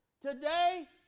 Today